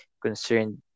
concerned